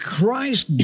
Christ